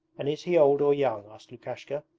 and is he old or young asked lukashka,